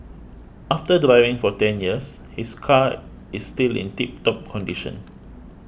after driving for ten years his car is still in tip top condition